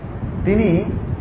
Dini